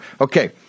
Okay